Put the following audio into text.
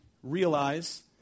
realize